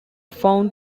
found